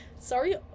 sorry